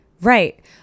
right